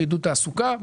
עידוד תעסוקה,